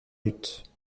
lutte